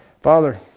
Father